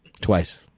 Twice